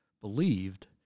believed